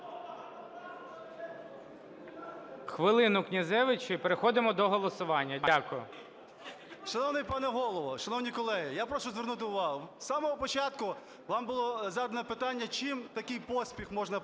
Хвилину – Князевич. І переходимо до голосування. Дякую.